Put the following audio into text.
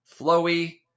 flowy